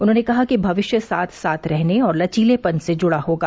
उन्होंने कहा कि भविष्य साथ साथ रहने और लचीलेपन से जुडा होगा